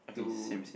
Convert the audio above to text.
okay same same